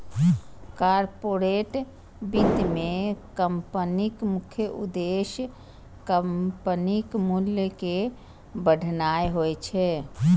corporate वित्त मे कंपनीक मुख्य उद्देश्य कंपनीक मूल्य कें बढ़ेनाय होइ छै